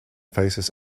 faces